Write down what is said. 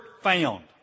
found